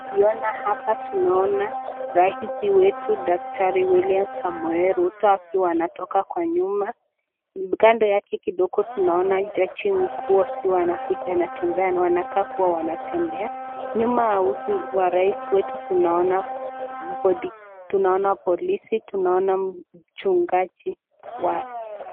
Tukiona hapa tunaona rais wetu, daktari William Samoei Ruto akiwa anatoka kwa nyumba. Kando yake kidogo tunaona jaji mkuu huku akiwa anatembea wanakaa kuwa wanatembea, nyuma ya rais wetu tunaona body , tunaona polisi, tunaona mchungaji wake.